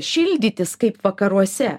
šildytis kaip vakaruose